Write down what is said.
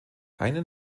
einen